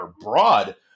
broad